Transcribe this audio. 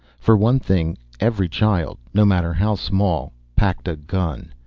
for one thing, every child no matter how small packed a gun.